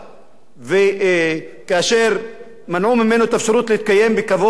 כאשר מנעו ממנו את האפשרות להתקיים בכבוד הוא הצית את עצמו,